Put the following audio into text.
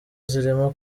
zirimo